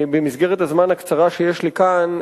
במסגרת הזמן הקצרה שיש לי כאן,